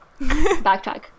backtrack